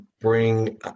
bring